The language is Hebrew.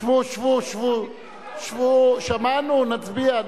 שבו, שבו, שבו, שבו, שמענו, נצביע.